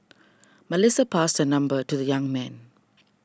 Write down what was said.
Melissa passed her number to the young man